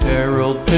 Harold